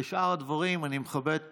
על שאר הדברים, אני מכבד אותך,